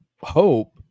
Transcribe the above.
hope